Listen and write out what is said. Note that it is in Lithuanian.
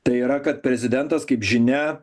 tai yra kad prezidentas kaip žinia